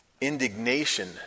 indignation